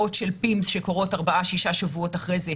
בתופעות של PIMS שקורות 4-6 שבועות אחרי זה.